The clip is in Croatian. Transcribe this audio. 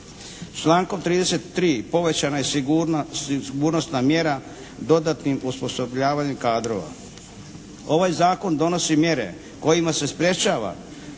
Člankom 33. povećana je sigurnosna mjera dodatnim osposobljavanjem kadrova. Ovaj zakon donosi mjere kojima se sprečava